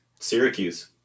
Syracuse